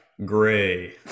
Gray